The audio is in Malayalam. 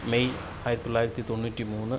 മെയ് ആയിരത്തി തൊള്ളായിരത്തി തൊണ്ണൂറ്റി മൂന്ന്